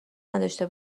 نداشته